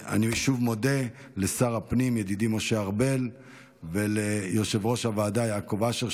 אני שוב מודה לשר הפנים ידידי משה ארבל וליושב-ראש הוועדה יעקב אשר,